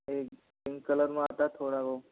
एक pink colour में आता है थोड़ा वो